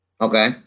Okay